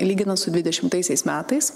lyginant su dvidešimtaisiais metais